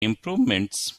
improvements